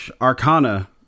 Arcana